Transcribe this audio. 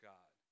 God